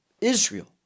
israel